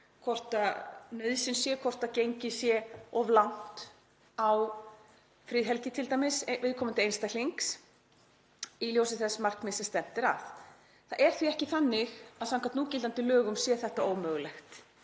hvort nauðsyn sé, hvort gengið sé of langt á friðhelgi t.d. viðkomandi einstaklings í ljósi þess markmiðs sem stefnt er að. Það er því ekki þannig að samkvæmt núgildandi lögum sé þetta ómögulegt.